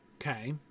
Okay